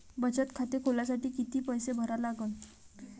बचत खाते खोलासाठी किती पैसे भरा लागन?